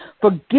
Forgive